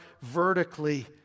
vertically